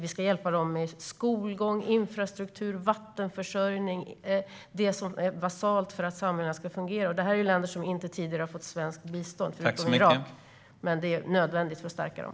Vi ska hjälpa dem med skolgång, infrastruktur och vattenförsörjning, det som är basalt för att samhällena ska fungera. Förutom Irak är det länder som inte tidigare har fått svenskt bistånd, men det är nödvändigt för att stärka dem.